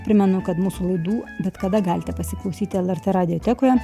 primenu kad mūsų laidų bet kada galite pasiklausyti lrt radiotekoje